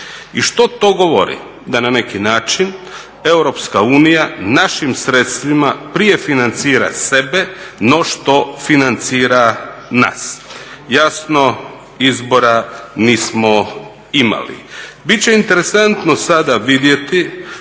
I što to govori? Da na neki način EU našim sredstvima prije financira sebe, no što financira nas. Jasno izbora nismo imali. Bit će interesantno sada vidjeti